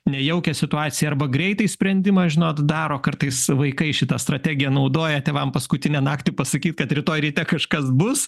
nejaukią situaciją arba greitai sprendimą žinot daro kartais vaikai šitą strategiją naudoja tėvam paskutinę naktį pasakyt kad rytoj ryte kažkas bus